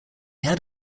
had